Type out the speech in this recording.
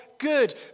good